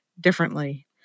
differently